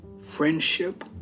friendship